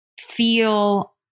feel